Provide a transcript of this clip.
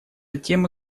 тема